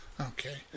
Okay